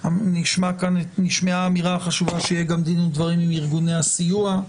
נשמעה כאן אמירה חשובה שיהיה גם דין ודברים עם ארגוני הסיוע.